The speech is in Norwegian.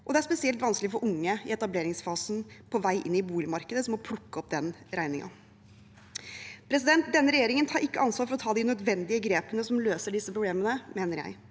det er spesielt vanskelig for unge i etableringsfasen på vei inn i boligmarkedet, som må plukke opp den regningen. Denne regjeringen tar ikke ansvar for å ta de nødvendige grepene som løser disse problemene, mener jeg.